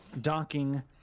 Docking